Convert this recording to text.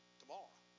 tomorrow